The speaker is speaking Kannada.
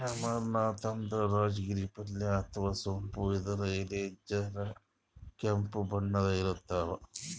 ಅಮರಂತ್ ಅಂದ್ರ ರಾಜಗಿರಿ ಪಲ್ಯ ಅಥವಾ ಸೊಪ್ಪ್ ಇದ್ರ್ ಎಲಿ ಜರ ಕೆಂಪ್ ಬಣ್ಣದ್ ಇರ್ತವ್